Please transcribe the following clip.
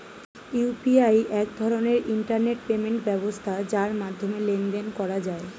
UPI এক ধরনের internet payment ব্যবস্থা যার মাধ্যমে লেনদেন করা যায়